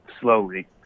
slowly